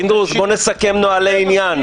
פינדרוס, בוא נסכם נוהלי עניין.